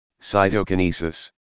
cytokinesis